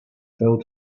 fell